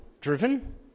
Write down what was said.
driven